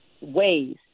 ways